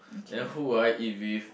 then who I eat with